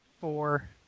four